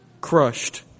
crushed